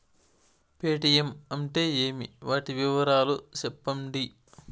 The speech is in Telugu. పేటీయం అంటే ఏమి, వాటి వివరాలు సెప్పండి?